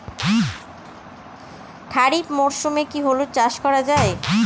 খরিফ মরশুমে কি হলুদ চাস করা য়ায়?